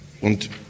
Und